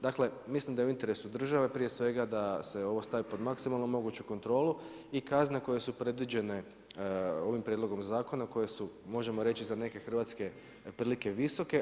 Dakle, mislim da je u interesu države prije svega da se ovo stavi pod maksimalno moguću kontrolu i kazne koje su predviđene ovim prijedlogom zakona koje su možemo reći za neke hrvatske prilike visoke.